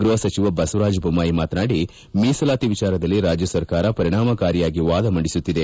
ಗೃಹ ಸಚಿವ ಬಸವರಾಜ್ ಬೊಮ್ಮಾಯಿ ಮಾತನಾಡಿ ಮೀಸಲಾತಿ ವಿಚಾರದಲ್ಲಿ ರಾಜ್ಯ ಸರ್ಕಾರ ಪರಿಣಾಮಕಾರಿಯಾಗಿ ವಾದ ಮಂಡಿಸುತ್ತಿದೆ